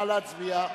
נא להצביע.